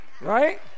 Right